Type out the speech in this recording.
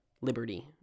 liberty